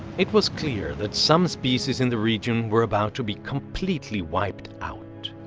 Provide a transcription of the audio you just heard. it was clear that some species in the region were about to be completely wiped out.